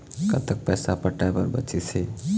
कतक पैसा पटाए बर बचीस हे?